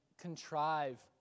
contrive